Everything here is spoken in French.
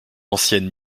ancienne